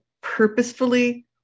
purposefully